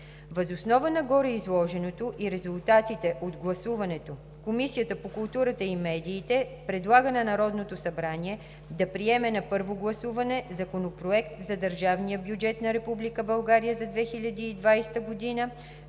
Въз основа на гореизложеното и резултатите от гласуването Комисията по културата и медиите предлага на Народното събрание да приеме на първо гласуване Законопроект за държавния бюджет на Република